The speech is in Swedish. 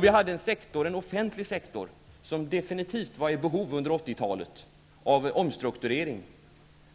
Vi hade en offentlig sektor som under 80-talet definitivt var i behov av omstrukturering,